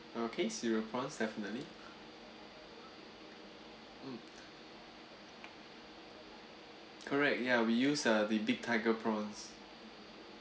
okay cereal prawns definitely mm correct ya we use uh the big tiger prawns